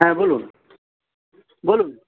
হ্যাঁ বলুন বলুন